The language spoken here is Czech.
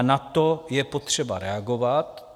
Na to je potřeba reagovat.